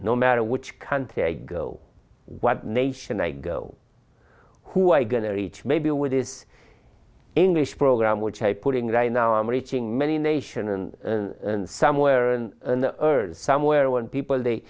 no matter which country i go what nation i go who i going to reach maybe with this english program which i put in right now i'm reaching many a nation and somewhere an earth somewhere one people they